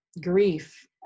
grief